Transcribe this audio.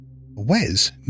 Wes